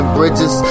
bridges